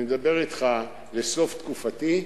אני מדבר אתך לסוף תקופתי,